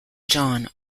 john